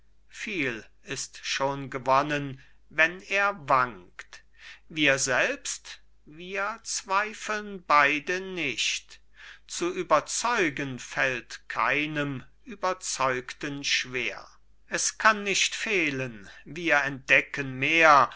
viel ist schon gewonnen wenn er wankt wir selbst wir zweifeln beide nicht zu überzeugen fällt keinem überzeugten schwer es kann nicht fehlen wir entdecken mehr